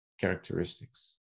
characteristics